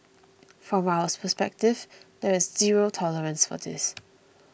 from our perspective there is zero tolerance for this